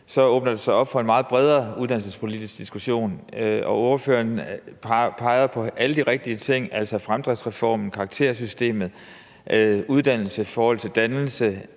så åbnes der op for en meget bredere uddannelsespolitisk diskussion. Ordføreren peger på alle de rigtige ting, altså fremdriftsreformen, karakterersystemet, uddannelse i forhold til dannelse,